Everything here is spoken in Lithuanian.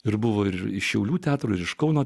ir buvo ir šiaulių teatro ir iš kauno